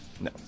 No